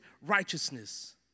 righteousness